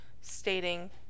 stating